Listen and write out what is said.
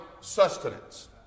sustenance